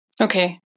Okay